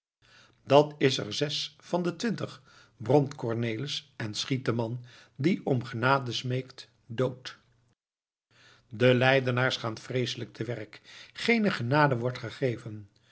dat is er zes van de twintig bromt cornelis en schiet den man die om genade smeekt dood de leidenaars gaan vreeselijk te werk geene genade wordt gegeven